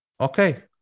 Okay